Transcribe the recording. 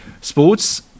sports